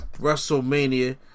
WrestleMania